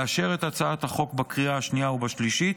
לאשר את הצעת החוק בקריאה השנייה והשלישית.